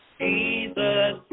Jesus